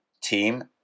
team